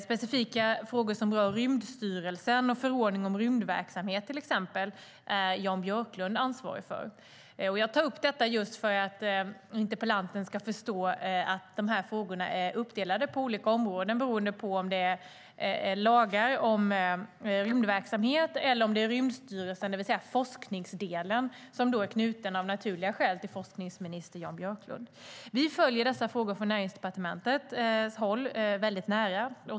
Specifika frågor som rör till exempel Rymdstyrelsen och förordningen om rymdverksamhet är Jan Björklund ansvarig för. Jag tar upp detta just för att interpellanten ska förstå att dessa frågor är uppdelade på olika områden beroende på om det gäller lagar om rymdverksamhet eller Rymdstyrelsen, det vill säga forskningsdelen, som av naturliga skäl är knuten till forskningsminister Jan Björklund. Vi följer dessa frågor väldigt nära från Näringsdepartementets håll.